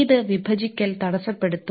ഇത് വിഭജിക്കൽ തടസ്സപ്പെടുത്തും